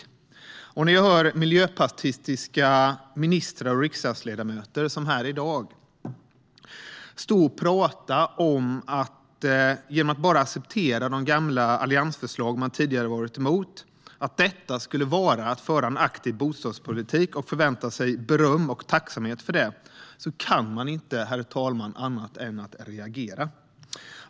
När jag, som här i dag, hör miljöpartistiska ministrar och riksdagsledamöter stå och prata om att man genom att bara acceptera de gamla alliansförslag som man tidigare varit emot för en aktiv bostadspolitik - och när man dessutom förväntar sig beröm och tacksamhet för det - kan jag inte annat än reagera, herr talman.